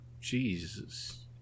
Jesus